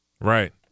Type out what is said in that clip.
Right